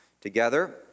together